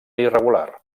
irregular